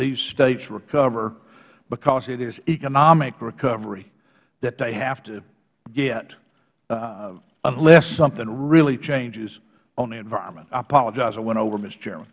these states recover because it is economic recovery that they have to get unless something really changes on the environment i apologize i went over mi